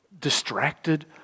distracted